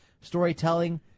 Storytelling